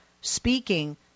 speaking